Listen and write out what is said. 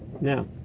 Now